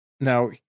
Now